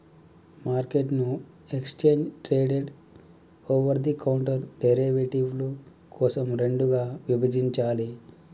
మార్కెట్ను exchange traded, over the counter డెరివేటివ్ల కోసం రెండుగా విభజించాలే